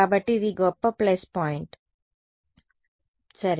కాబట్టి ఇది గొప్ప ప్లస్ పాయింట్ సరే